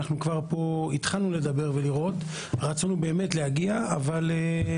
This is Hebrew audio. אנחנו כבר התחלנו לדבר כאן ולראות והרצון הוא להגיע לסיכום.